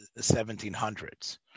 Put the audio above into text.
1700s